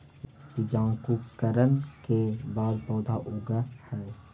बीजांकुरण के बाद पौधा उगऽ हइ